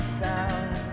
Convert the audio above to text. sound